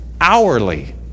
hourly